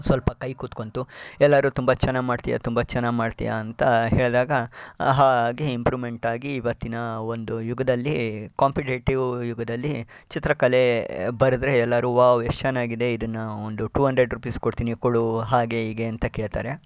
ಸ್ವಲ್ಪ ಕೈ ಕುತ್ಕೊಂತು ಎಲ್ಲರೂ ತುಂಬ ಚೆನ್ನಾಗಿ ಮಾಡ್ತೀಯ ತುಂಬ ಚೆನ್ನಾಗಿ ಮಾಡ್ತೀಯ ಅಂತ ಹೇಳಿದಾಗ ಹಾಗೆ ಇಂಪ್ರೂವ್ಮೆಂಟಾಗಿ ಇವತ್ತಿನ ಒಂದು ಯುಗದಲ್ಲಿ ಕಾಂಪಿಟೇಟಿವ್ ಯುಗದಲ್ಲಿ ಚಿತ್ರಕಲೆ ಬರೆದ್ರೆ ಎಲ್ಲರು ವಾವ್ ಎಷ್ಟು ಚೆನ್ನಾಗಿದೆ ಇದನ್ನು ಒಂದು ಟೂ ಹಂಡ್ರೆಡ್ ರುಪೀಸ್ ಕೊಡ್ತೀನಿ ಕೊಡು ಹಾಗೆ ಹೀಗೆ ಅಂತ ಕೇಳ್ತಾರೆ